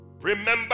Remember